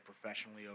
professionally